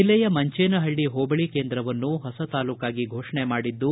ಜಿಲ್ಲೆಯ ಮಂಚೇನಹಳ್ಳಿ ಹೋಬಳಿ ಕೇಂದ್ರವನ್ನು ಹೊಸ ತಾಲೂಕಾಗಿ ಫೋಷಣೆ ಮಾಡಿದ್ದು